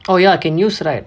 oh ya can use right